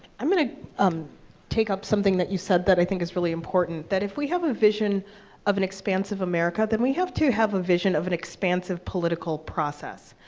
i'm gonna um take up something that you said that i think is really important, that if we have a vision of an expansive america, then we have to have a vision of an expansive political process.